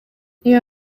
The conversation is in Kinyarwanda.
iyo